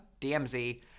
DMZ